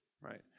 right